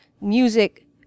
music